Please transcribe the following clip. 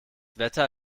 wetter